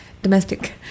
domestic